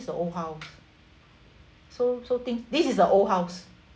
is a old house so so think this is the old house